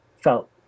felt